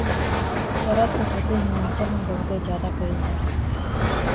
चरस क खेती हिमाचल में बहुते जादा कइल जाला